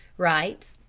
writes